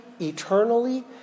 eternally